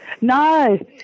No